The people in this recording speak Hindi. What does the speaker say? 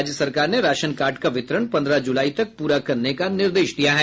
राज्य सरकार ने राशन कार्ड का वितरण पन्द्रह जुलाई तक पूरा करने का निर्देश दिया है